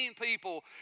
people